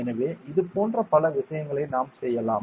எனவே இதுபோன்ற பல விஷயங்களை நாம் செய்யலாம்